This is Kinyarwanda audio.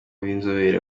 b’inzobere